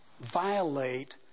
violate